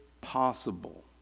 possible